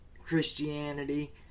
Christianity